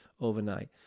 overnight